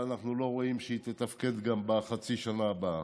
ואנחנו לא רואים שהיא תתפקד גם בחצי השנה הבאה.